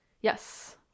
Yes